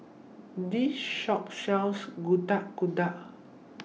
This Shop sells Getuk Getuk